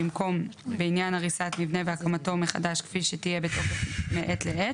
במקום "בעניין הריסת מבנה והקמתו מחדש כפי שתהיה בתוקף מעת לעת"